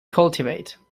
cultivate